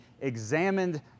examined